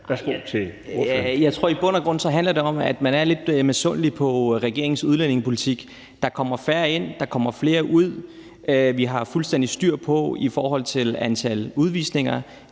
Rona (M): Jeg tror, det i bund og grund handler om, at man er lidt misundelig på regeringens udlændingepolitik. Der kommer færre ind, der kommer flere ud, og vi har fuldstændig styr på det i forhold til antal udvisninger.